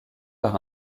par